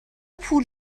پول